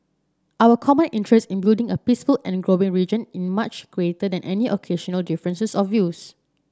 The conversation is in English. our common interest in building a peaceful and growing region in much greater than any occasional differences of views